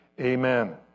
Amen